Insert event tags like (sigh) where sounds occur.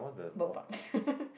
Bird Park (laughs)